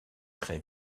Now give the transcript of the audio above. très